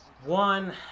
One